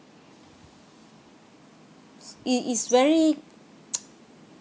it is very